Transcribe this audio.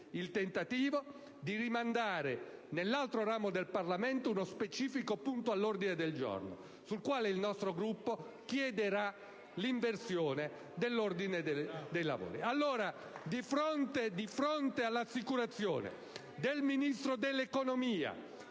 il tentativo di rimandare nell'altro ramo del Parlamento uno specifico punto all'ordine del giorno, sul quale il nostro Gruppo chiederà l'inversione dell'ordine dei lavori. *(Commenti del senatore Morando).* Di fronte all'assicurazione del Ministro dell'economia